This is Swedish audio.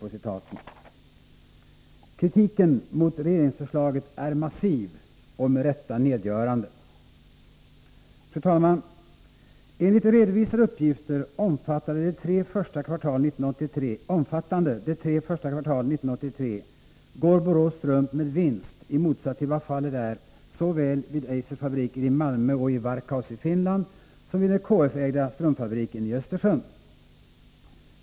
Kritiken mot regeringsförslaget är massiv och med rätta nedgörande. Fru talman! Enligt redovisade uppgifter, omfattande de tre första kvartalen 1983, går Borås Strump med vinst i motsats till vad fallet är såväl. Nr 55 vid Eisers fabriker i Malmö och i Varkaus i Finland som vid den KF-ägda Onsdagen den strumpfabriken i Östersund.